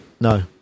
No